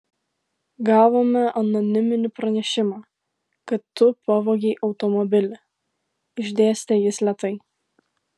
gavome anoniminį pranešimą kad tu pavogei automobilį išdėstė jis lėtai